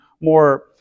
more